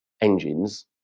engines